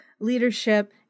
leadership